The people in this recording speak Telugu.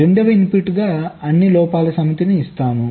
రెండవ ఇన్పుట్ గా అన్ని లోపాల సమితిని ఇస్తాము